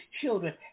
children